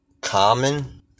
common